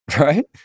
right